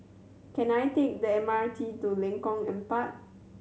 can I take the M R T to Lengkong Empat